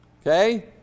Okay